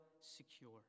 secure